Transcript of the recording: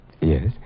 Yes